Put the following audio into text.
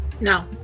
no